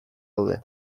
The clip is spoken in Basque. daude